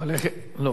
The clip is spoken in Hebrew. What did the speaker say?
לא.